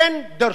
אלן דרשוביץ.